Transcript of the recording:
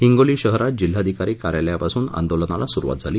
हिंगोली शहरात जिल्हाधिकारी कार्यालयापासून आंदोलनाला सुरुवात झाली